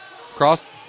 Cross